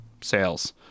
sales